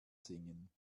singen